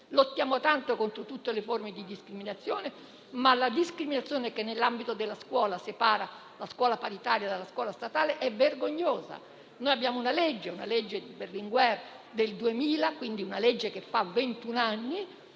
Lottiamo tanto contro tutte le forme di discriminazione, ma la discriminazione che nell'ambito della scuola separa la scuola paritaria dalla scuola statale è vergognosa. Noi abbiamo una legge, la legge Berlinguer del 2000 (che fa ventun anni